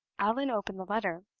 allan opened the letter.